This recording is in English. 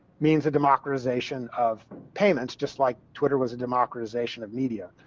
means the democratization of payments, just like twitter was a democratization of media.